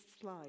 slide